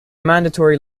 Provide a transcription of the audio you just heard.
mandatory